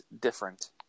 different